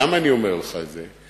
למה אני אומר לך את זה?